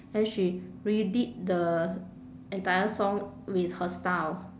then she redid the entire song with her style